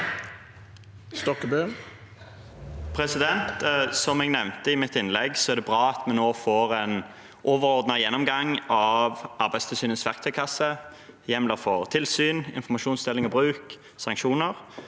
Som jeg nevnte i mitt innlegg, er det bra at vi nå får en overordnet gjennomgang av Arbeidstilsynets verktøykasse – hjemler for tilsyn, informasjonsdeling og -bruk og sanksjoner.